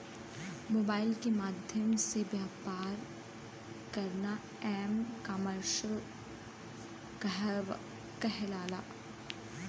mobile के माध्यम से व्यापार करना एम कॉमर्स कहलाला